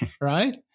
right